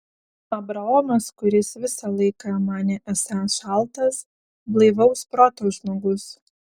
abraomas kuris visą laiką manė esąs šaltas blaivaus proto žmogus